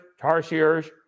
tarsiers